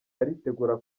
aritegura